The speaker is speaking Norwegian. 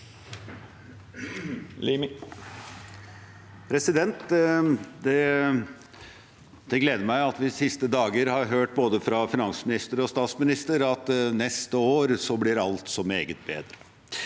Det gleder meg at vi de siste dager har hørt fra både finansminister og statsminister at neste år blir alt så meget bedre.